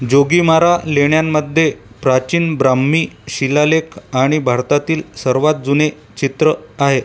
जोगीमारा लेण्यांमध्ये प्राचीन ब्राम्ही शिलालेख आणि भारतातील सर्वात जुने चित्र आहे